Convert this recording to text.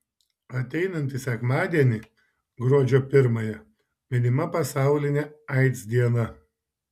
ateinantį sekmadienį gruodžio pirmąją minima pasaulinė aids diena